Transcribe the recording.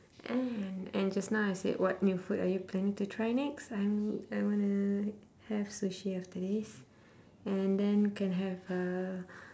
and and just now I said what new food are you planning to try next I'm I wanna have sushi after this and then can have uh